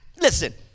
listen